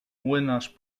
młynarz